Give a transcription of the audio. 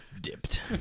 dipped